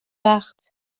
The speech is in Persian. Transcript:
وقت